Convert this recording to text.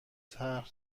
طرح